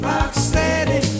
Rocksteady